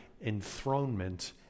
enthronement